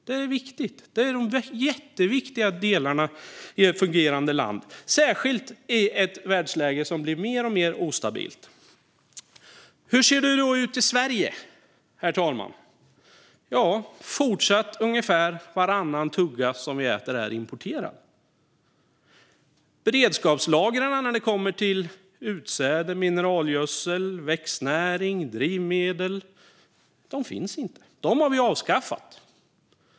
Det är de jätteviktiga delarna i ett fungerande land. Det gäller särskilt i ett världsläge som blir alltmer instabilt. Herr talman! Hur ser det då ut i Sverige? Fortsatt är ungefär varannan tugga som vi äter importerad. Beredskapslagren när det kommer till utsäde, mineralgödsel, växtnäring och drivmedel finns inte. Dem har vi avskaffat.